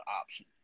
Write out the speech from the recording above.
option